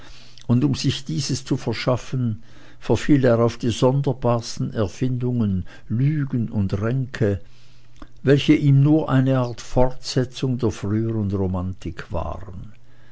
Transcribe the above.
und um sich dieses zu verschaffen verfiel er auf die sonderbarsten erfindungen lügen und ränke welche ihm nur eine art fortsetzung der früheren romantik waren